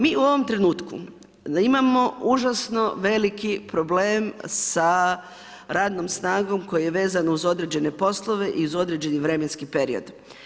Mi u ovom trenutku imamo užasno veliki problem sa radnom snagom koji je vezan uz određene poslove i uz određeni vremenskih period.